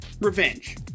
Revenge